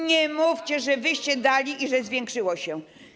Nie mówcie, że wyście dali i że zwiększyło się.